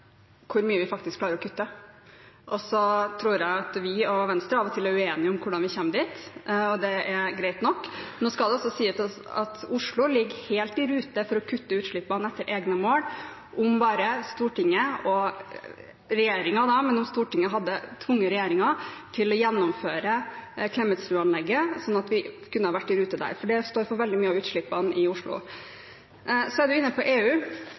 hvor mye vi faktisk klarer å kutte, og jeg tror at vi og Venstre av og til er uenige om hvordan vi kommer dit. Det er greit nok. Det skal også sies at Oslo ligger helt i rute for å kutte utslippene etter egne mål om bare Stortinget hadde tvunget regjeringen til å gjennomføre Klemetsrudanlegget, slik at vi kunne vært i rute der. Det står for veldig mye av utslippene i Oslo. Representanten er inne på EU.